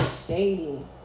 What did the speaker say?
shady